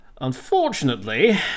Unfortunately